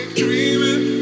dreaming